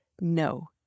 No